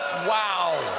wow!